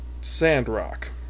Sandrock